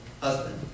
husband